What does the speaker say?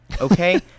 okay